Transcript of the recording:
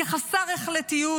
כחסר החלטיות,